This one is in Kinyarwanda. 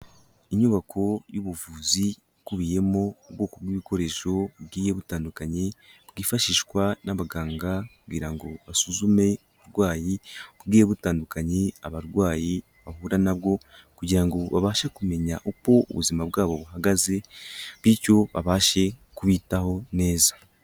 Inyubako y'ubuvuzi ikubiyemo ubwoko bw'ibikoresho bugiye butandukanye, bwifashishwa n'abaganga kugira ngo basuzume uburwayi bugiye butandukanye, abarwayi bahura na bwo kugira ngo babashe kumenya uko ubuzima bwabo buhagaze, bityo babashe kubitaho neza.